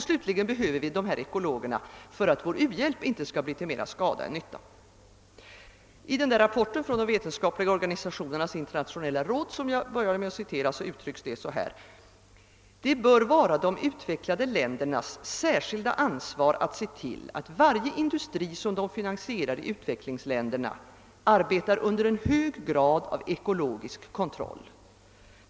Slutligen behövs ekologerna för att vår u-hjälp inte skall bli mera till skada än nytta. I rapporten från de vetenskapliga organisationernas internationella råd, som jag citerade i början, uttrycks saken på följande sätt: »Det bör vara de utvecklade ländernas särskilda ansvar att se till, att varje industri som de finansierar i utvecklingsländerna, arbetar under en hög grad av ekologisk kontroll.